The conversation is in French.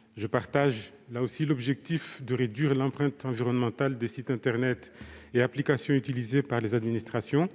de leurs auteurs, à savoir réduire l'empreinte environnementale des sites internet et des applications utilisées par les administrations.